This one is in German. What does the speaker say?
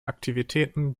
aktivitäten